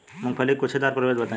मूँगफली के गूछेदार प्रभेद बताई?